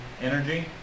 energy